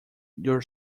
your